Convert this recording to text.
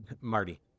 Marty